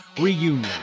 reunion